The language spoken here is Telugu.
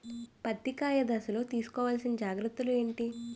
పత్తి కాయ దశ లొ తీసుకోవల్సిన జాగ్రత్తలు ఏంటి?